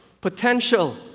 potential